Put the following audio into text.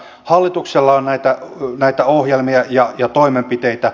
hallituksella on näitä ohjelmia ja toimenpiteitä